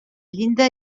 llinda